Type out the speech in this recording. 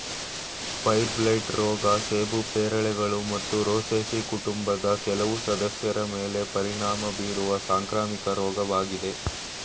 fire blight ರೋಗ ಸೇಬು ಪೇರಳೆಗಳು ಮತ್ತು ರೋಸೇಸಿ ಕುಟುಂಬದ ಕೆಲವು ಸದಸ್ಯರ ಮೇಲೆ ಪರಿಣಾಮ ಬೀರುವ ಸಾಂಕ್ರಾಮಿಕ ರೋಗವಾಗಿದೆ